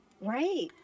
Right